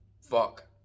fuck